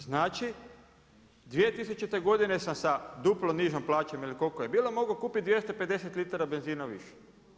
Znači, 2000. sam sa duplo nižom plaćom ili koliko je bila, mogao kupiti 250 litara benzina više.